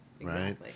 right